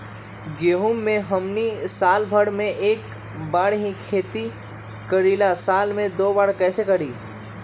गेंहू के हमनी साल भर मे एक बार ही खेती करीला साल में दो बार कैसे करी?